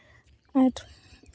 ᱟᱨ